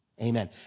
Amen